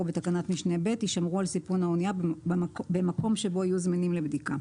בתקנת משנה (ב) יישמרו על סיפון האנייה במקום שבו יהיו זמינים לבדיקה.